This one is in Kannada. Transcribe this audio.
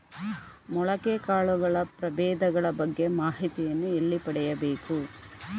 ಮೊಳಕೆ ಕಾಳುಗಳ ಪ್ರಭೇದಗಳ ಬಗ್ಗೆ ಮಾಹಿತಿಯನ್ನು ಎಲ್ಲಿ ಪಡೆಯಬೇಕು?